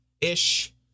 ish